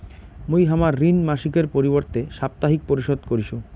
মুই হামার ঋণ মাসিকের পরিবর্তে সাপ্তাহিক পরিশোধ করিসু